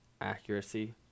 accuracy